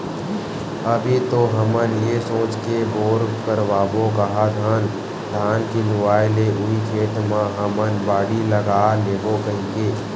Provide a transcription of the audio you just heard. अभी तो हमन ये सोच के बोर करवाबो काहत हन धान के लुवाय ले उही खेत म हमन बाड़ी लगा लेबो कहिके